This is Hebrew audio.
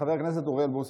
חבר הכנסת אוריאל בוסו.